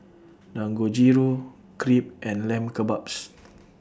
Dangojiru Crepe and Lamb Kebabs